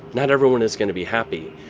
not everyone is going to be happy.